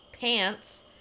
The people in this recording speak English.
pants